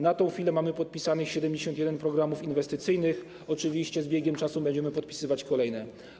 Na tę chwilę mamy podpisanych 71 programów inwestycyjnych, oczywiście z biegiem czasu będziemy podpisywać kolejne.